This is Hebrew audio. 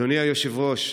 אדוני היושב-ראש,